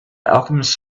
alchemist